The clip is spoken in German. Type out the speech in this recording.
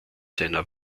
seiner